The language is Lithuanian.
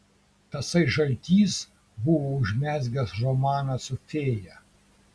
tasai žaltys buvo užmezgęs romaną su fėja